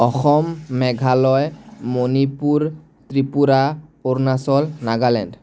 Assam Meghalaya Manipur Tripura Arunachal Nagaland